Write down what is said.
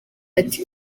ati